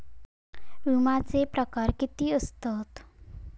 विमाचे प्रकार किती असतत?